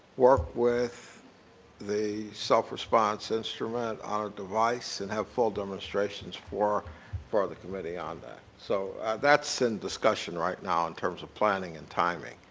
work with the self response instrument on a device and have full demonstrations for for the committee on that. so that's in discussion right now in terms of planning and timing.